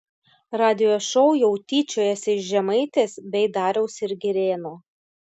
radijo šou jau tyčiojasi iš žemaitės bei dariaus ir girėno